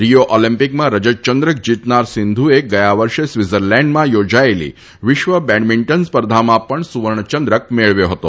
Rio ઓલિમ્પિકમાં રજત ચંદ્રક જીતનાર સિંધુએ ગયા વર્ષે સ્વિત્ઝરલેન્ડમાં યોજાયેલી વિશ્વ બેડમિન્ટન સ્પર્ધામાં પણ સુવર્ણ ચંદ્રક મેળવ્યો હતો